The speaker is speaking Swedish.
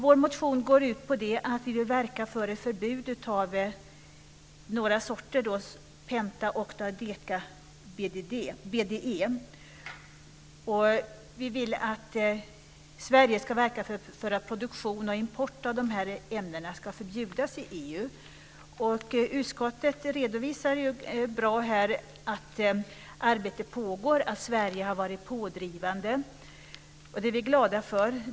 Vår motion handlar om att vi vill verka för ett förbud av pentaBDE, oktaBDE och decaBDE. Vi vill att Sverige ska verka för att produktion och import av dessa ämnen ska förbjudas i EU. Utskottet redovisar på ett bra sätt att arbete pågår och att Sverige har varit pådrivande. Det är vi glada för.